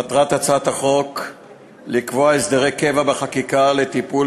מטרת הצעת החוק לקבוע הסדרי קבע בחקיקה לטיפול